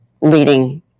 leading